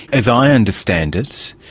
as i understand it,